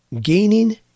gaining